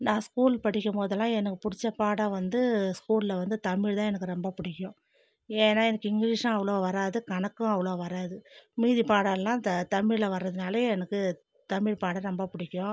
நான் ஸ்கூல் படிக்கும்போதெல்லாம் எனக்கு பிடிச்ச பாடம் வந்து ஸ்கூலில் வந்து தமிழ் தான் எனக்கு ரொம்ப பிடிக்கும் ஏன்னால் எனக்கு இங்கிலீஷும் அவ்வளோ வராது கணக்கும் அவ்வளோ வராது மீதி பாடம் எல்லாம் த தமிழில் வரதுனாலேயே எனக்கு தமிழ் பாடம் ரொம்ப பிடிக்கும்